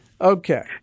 Okay